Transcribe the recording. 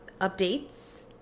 updates